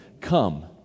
come